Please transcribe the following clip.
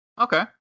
Okay